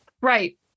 Right